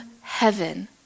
Heaven